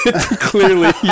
Clearly